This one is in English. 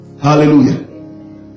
hallelujah